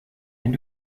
wenn